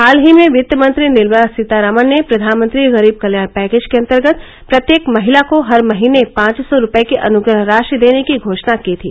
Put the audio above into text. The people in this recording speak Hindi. हाल ही में वित्त मंत्री निर्मला सीतारामन ने प्रधानमंत्री गरीब कल्याण पैकेज के अंतर्गत प्रत्येक महिला को हर महीने पांच सौ रूपये की अनुग्रह राशि देने की घोषणा की थी